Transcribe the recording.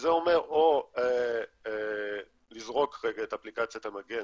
שזה אומר או לזרוק רגע את אפליקציית המגן